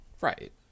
Right